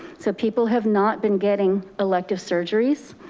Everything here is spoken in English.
so people have not been getting elective surgeries,